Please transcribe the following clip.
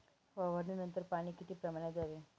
फवारणीनंतर पाणी किती प्रमाणात द्यावे?